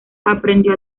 aprendió